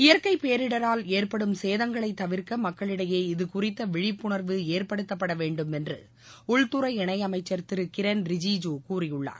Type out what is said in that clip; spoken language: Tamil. இயற்கை பேரிடரால் ஏற்படும் சேதங்களை தவிர்க்க மக்களிடையே இதுகுறித்த விழிப்புணர்வு ஏற்படுத்தப்பட வேண்டும் என்று உள்துறை இணையமைச்சர் திரு கிரண் ரிஜிஜு கூறியுள்ளார்